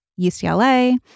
UCLA